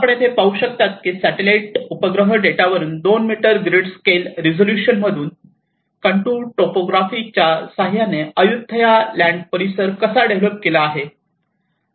आपण येथे पाहू शकता की सॅटॅलाइट उपग्रह डेटावरून 2 मीटर ग्रीड स्केल रिझोल्यूशनमधून कंटूर टॉपोग्राफी च्या सहाय्याने अय्युथय़ा लँड एरिया कसा डेव्हलप केला आहे